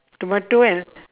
tomato and